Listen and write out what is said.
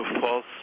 false